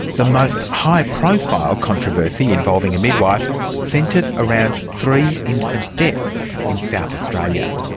the most high profile controversy involving a midwife centres around three infant deaths in south australia.